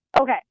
Okay